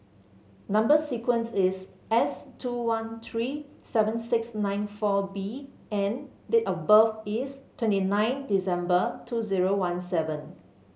number sequence is S two one three seven six nine four B and date of birth is twenty nine December two zero one seven